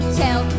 tell